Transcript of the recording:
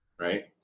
right